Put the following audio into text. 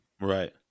Right